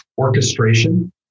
orchestration